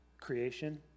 creation